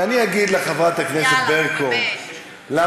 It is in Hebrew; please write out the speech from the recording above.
ואני אגיד לחברת הכנסת ברקו, יאללה, באמת.